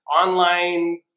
online